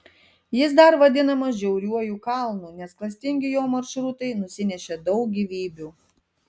jis dar vadinamas žiauriuoju kalnu nes klastingi jo maršrutai nusinešė daug gyvybių